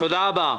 תודה רבה.